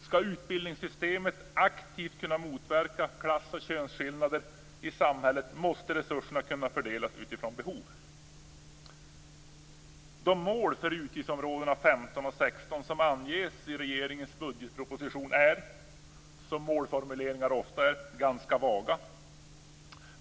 Skall utbildningssystemet aktivt kunna motverka klass och könsskillnader i samhället måste resurserna fördelas utifrån behov. De mål för utgiftsområdena 15 och 16 som anges i regeringens budgetproposition är, som målformuleringar ofta är, ganska vaga.